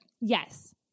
Yes